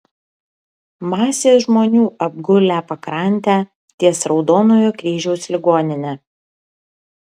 masės žmonių apgulę pakrantę ties raudonojo kryžiaus ligonine